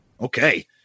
okay